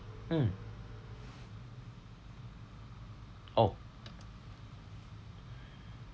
mm oh